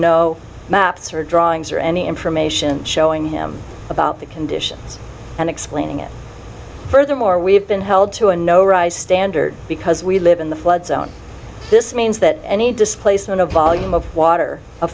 no maps or drawings or any information showing him about the conditions and explaining it furthermore we have been held to a no rise standard because we live in the flood zone this means that any displacement of volume of water